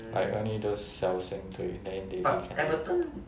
like I mean those 小先队 then they they cannot